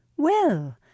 Well